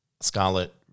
Scarlet